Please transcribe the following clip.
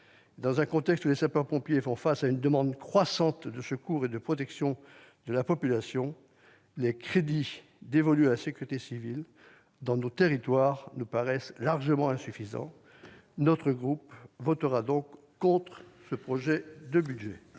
dans un contexte où les sapeurs-pompiers font face à une demande croissante de secours et de protection de la population, les crédits dévolus à la sécurité civile dans nos territoires nous paraissent largement insuffisants. Tout à fait ! Notre groupe votera donc contre ce projet de budget.